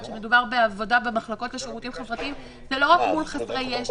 כשמדובר בעבודה במחלקות לשירותים חברתיים זה לא רק מול חסרי ישע,